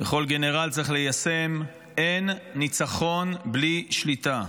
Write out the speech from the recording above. וכל גנרל צריך ליישם: אין ניצחון בלי שליטה.